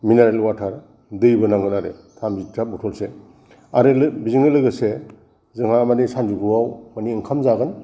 mineral अवाटार दैबो नांगोन आरो थामजिथा बटलसो आरो बेजोंनो लोगोसे जोंहा माने सानजौफुआव माने ओंखाम जागोन